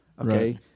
Okay